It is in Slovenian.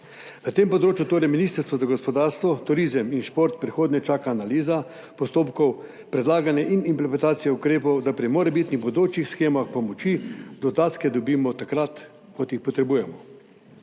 Na tem področju torej Ministrstvo za gospodarstvo, turizem in šport v prihodnje čaka analiza postopkov predlaganja in implementacije ukrepov, da pri morebitnih bodočih shemah pomoči dodatke dobimo takrat, ko jih potrebujemo.